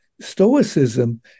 Stoicism